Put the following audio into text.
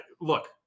Look